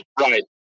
right